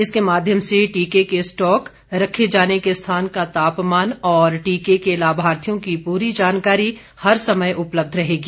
इसके माध्यम से टीके के स्टॉक रखे जाने के स्थान का तापमान और टीके के लाभार्थियों की पूरी जानकारी हर समय उपलब्ध रहेगी